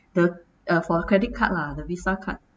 the uh for credit card lah the visa card